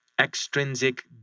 extrinsic